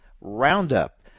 Roundup